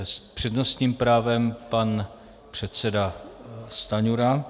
S přednostním právem pan předseda Stanjura.